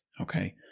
okay